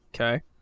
Okay